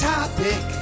Topic